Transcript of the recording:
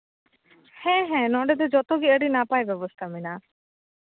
ᱦᱮᱸ ᱦᱮᱸ ᱱᱚᱰᱮ ᱫᱚ ᱡᱚᱛᱚ ᱜᱮ ᱟᱹᱰᱤ ᱱᱟᱯᱟᱭ ᱵᱮᱵᱚᱥᱛᱟ ᱢᱮᱱᱟᱜᱼᱟ